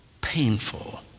painful